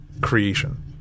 creation